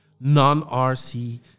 non-RC